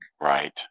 Right